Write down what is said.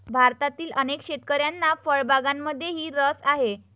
भारतातील अनेक शेतकऱ्यांना फळबागांमध्येही रस आहे